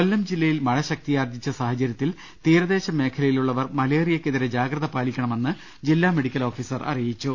കൊല്ലം ജില്ലയിൽ മഴ ശക്തിയാർജ്ജിച്ച സാഹചര്യത്തിൽ തീരദേശ മേഖലയിലുള്ളവർ മലേറിയക്കെതിരെ ജാഗ്രത പാലിക്കണമെന്ന് ജില്ലാ മെഡിക്കൽ ഓഫീസർ അറിയിച്ചു